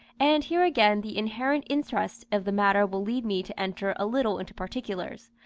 and here again the inherent interest of the matter will lead me to enter a little into particulars,